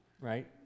right